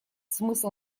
смысл